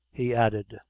he added,